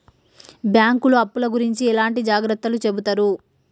బ్యాంకులు అప్పుల గురించి ఎట్లాంటి జాగ్రత్తలు చెబుతరు?